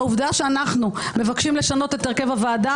העובדה שאנחנו מבקשים לשנות את הרכב הוועדה